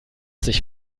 sich